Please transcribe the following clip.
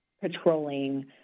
patrolling